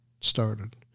started